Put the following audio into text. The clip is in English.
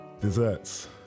Desserts